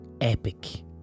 epic